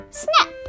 snap